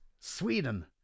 Sweden